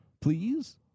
please